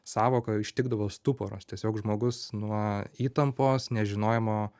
sąvoka ištikdavo stuporas tiesiog žmogus nuo įtampos nežinojimo